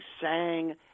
sang